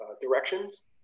directions